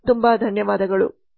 ತುಂಬ ಧನ್ಯವಾದಗಳು